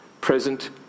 present